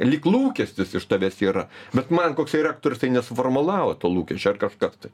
lyg lūkestis iš tavęs yra bet man koksai rektorius tai nesuformulavo to lūkesčio ar kažkas tai